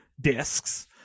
discs